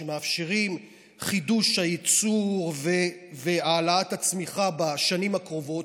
שמאפשרים את חידוש הייצור והעלאת הצמיחה בשנים הקרובות,